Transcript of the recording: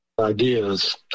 ideas